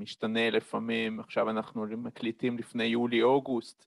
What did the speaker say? ‫הוא משתנה לפעמים. ‫עכשיו אנחנו מקליטים לפני יולי-אוגוסט.